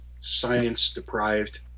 science-deprived